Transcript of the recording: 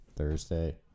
thursday